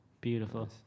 Beautiful